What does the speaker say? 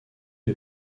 est